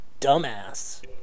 dumbass